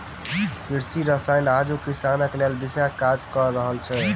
कृषि रसायन आजुक किसानक लेल विषक काज क रहल छै